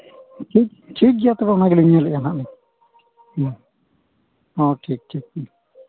ᱴᱷᱤᱠ ᱜᱮᱭᱟ ᱛᱚᱵᱮ ᱚᱱᱟ ᱜᱮᱞᱤᱧ ᱧᱮᱞᱮᱫᱼᱟ ᱦᱟᱸᱜ ᱢᱟ ᱦᱮᱸ ᱦᱮᱸ ᱴᱷᱤᱠ ᱴᱷᱤᱠ